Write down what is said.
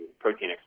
protein